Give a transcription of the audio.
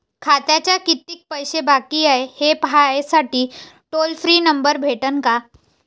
खात्यात कितीकं पैसे बाकी हाय, हे पाहासाठी टोल फ्री नंबर भेटन का?